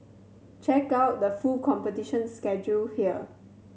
check out the full competition schedule here